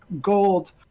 gold